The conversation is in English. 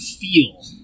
feel